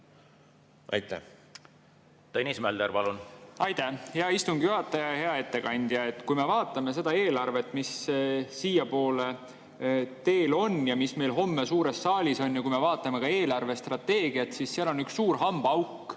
Tõnis Mölder, palun! Aitäh, hea istungi juhataja! Hea ettekandja! Kui me vaatame seda eelarvet, mis siiapoole teel on ja mis meil homme suures saalis on, ja kui me vaatame eelarvestrateegiat, siis seal on üks suur hambaauk,